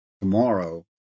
tomorrow